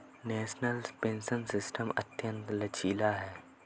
national pension system अत्यंत लचीला है